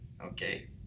Okay